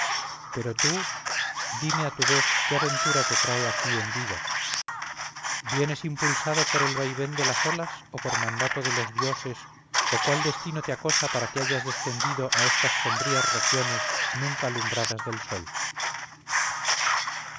pero tú dime a tu vez qué aventura te trae aquí en vida vienes impulsado por el vaivén de las olas o por mandato de los dioses o cuál destino te acosa para que hayas descendido a estas sombrías regiones nunca alumbradas del sol